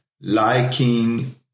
liking